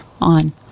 on